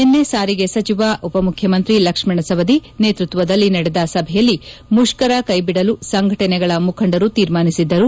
ನಿನ್ನೆ ಸಾರಿಗೆ ಸಚಿವ ಉಪಮುಖ್ಯಮಂತ್ರಿ ಲಕ್ಷ್ಮಣ ಸವದಿ ನೇತೃತ್ವದಲ್ಲಿ ನಡೆದ ಸಭೆಯಲ್ಲಿ ಮುಷ್ಕರ ಕೈಬಿಡಲು ಸಂಘಟನೆಗಳ ಮುಖಂಡರು ತೀರ್ಮಾನಿಸಿದ್ದರು